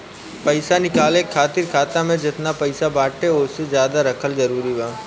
पईसा निकाले खातिर खाता मे जेतना पईसा बाटे ओसे ज्यादा रखल जरूरी बा?